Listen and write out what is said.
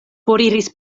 foriris